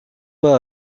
pas